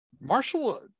Marshall